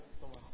Thomas